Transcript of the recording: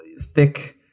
Thick